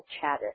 chatter